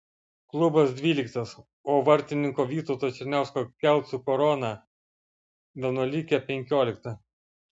klubas dvyliktas o vartininko vytauto černiausko kelcų korona vienuolikė penkiolikta